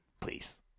please